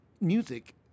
music